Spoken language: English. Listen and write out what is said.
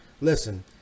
listen